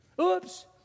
Oops